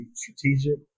strategic